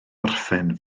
orffen